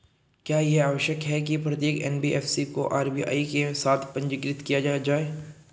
क्या यह आवश्यक है कि प्रत्येक एन.बी.एफ.सी को आर.बी.आई के साथ पंजीकृत किया जाए?